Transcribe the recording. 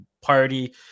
party